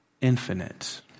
infinite